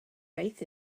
faith